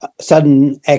sudden